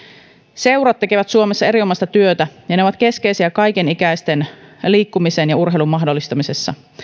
seurat tekevät suomessa erinomaista työtä ja ne ovat keskeisiä kaikenikäisten liikkumisen ja urheilun mahdollistamisessa